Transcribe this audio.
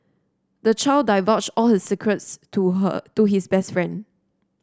the child divulged all his secrets to her to his best friend